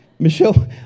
Michelle